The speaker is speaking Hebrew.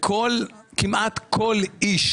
כמעט על איש